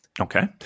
okay